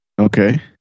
Okay